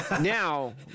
Now